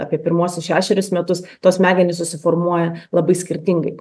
apie pirmuosius šešerius metus tos smegenys susiformuoja labai skirtingai